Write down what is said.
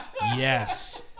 Yes